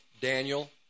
Daniel